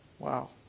Wow